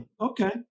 okay